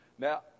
Now